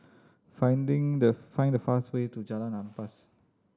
finding the find the fastest way to Jalan Ampas